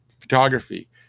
photography